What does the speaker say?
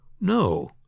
No